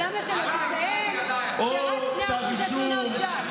אבל לא משנה, תציין שרק 2% זה תלונות שווא.